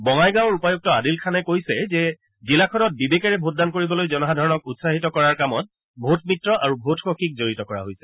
বঙাইগাঁৱৰ উপায়ুক্ত আদিল খানে কৈছে যে জিলাখনত বিবেকেৰে ভোটদান কৰিবলৈ জনসাধাৰণক উৎসাহিত কৰাৰ কামত ভোট মিত্ৰ আৰু ভোট সখীক জড়িত কৰা হৈছে